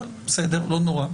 אבל לא נורא.